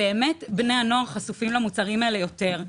באמת בני הנוער חשופים למוצרים האלה יותר.